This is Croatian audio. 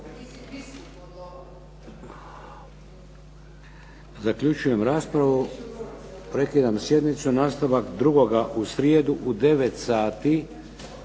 Zaključujem raspravu. Prekidam sjednicu. Nastavak 2., u srijedu, u 9 sati,